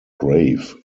grave